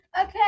okay